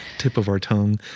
tip of our tongue.